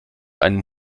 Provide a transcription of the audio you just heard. einen